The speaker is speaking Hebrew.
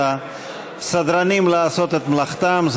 לסדרנים לעשות את מלאכתם.